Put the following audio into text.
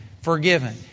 forgiven